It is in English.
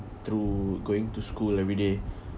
through going to school everyday